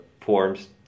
forms